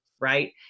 Right